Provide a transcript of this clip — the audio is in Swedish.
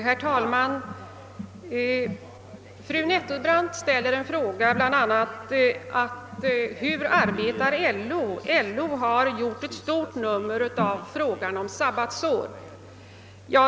Herr talman! Fru Nettelbrandt frågar bl.a. hur LO arbetar. LO har gjort ett stort nummer av frågan om sabbatsår.